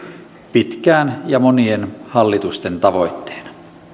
pitkään ja monien hallitusten tavoitteena